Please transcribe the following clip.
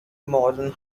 modern